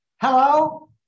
hello